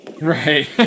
Right